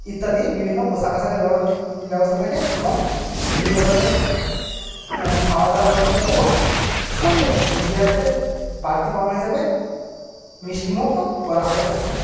ইত্যাদি বিভিন্ন পোশাক আশাকের ব্যবস্থা থাকে এবং বিভিন্ন ধরনের খাওয়া দাওয়ার ব্যবস্থা থাকে এবং সাথে বিজয়াতে বাড়তি পাওনা হিসাবে মিষ্টি মুখও করা হয়ে থাকে